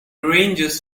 rangers